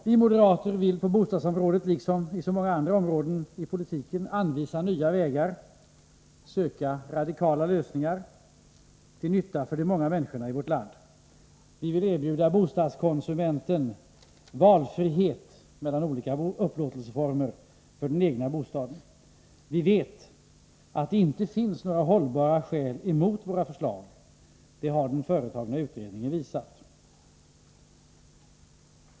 Vi moderater vill på bostadsområdet, liksom på så många andra områden i politiken, anvisa nya vägar och söka radikala lösningar till nytta för de många människorna i vårt 151 land. Vi vill erbjuda bostadskonsumenten valfrihet mellan olika upplåtelseformer för den egna bostaden. Vi vet att det inte finns några hållbara skäl mot våra förslag. Det har den företagna utredningen visat.